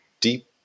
deep